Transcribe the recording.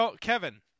Kevin